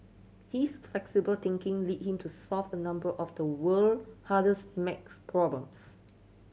his flexible thinking led him to solve a number of the world hardest math problems